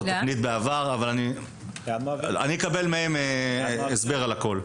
אני אקבל הסבר על הכול.